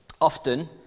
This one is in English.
often